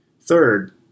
Third